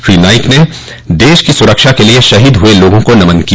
श्री नाइक ने देश की सुरक्षा के लिए शहीद हुए लोगों को नमन किया